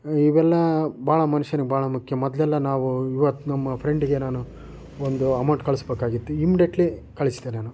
ಇವೆಲ್ಲ ಭಾಳ ಮನುಷ್ಯನಿಗೆ ಭಾಳ ಮುಖ್ಯ ಮೊದಲೆಲ್ಲ ನಾವು ಇವತ್ತು ನಮ್ಮ ಫ್ರೆಂಡಿಗೆ ನಾನು ಒಂದು ಅಮೌಂಟ್ ಕಳಿಸಬೇಕಾಗಿತ್ತು ಇಮ್ಡಿಯೆಟ್ಲಿ ಕಳಿಸಿದೆ ನಾನು